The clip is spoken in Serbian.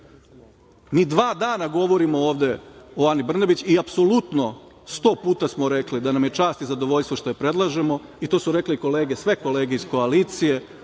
Mi dva dana govorimo ovde o Ani Brnabić i apsolutno sto puta smo rekli da nam je čast i zadovoljstvo što je predlažemo i to su rekle i kolege, sve kolege iz koalicije.